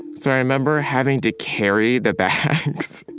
so i remember having to carry the bags